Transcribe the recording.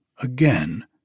again